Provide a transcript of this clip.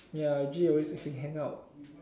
ya G always like to hang out